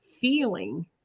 feeling